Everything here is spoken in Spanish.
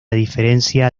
diferencia